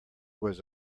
was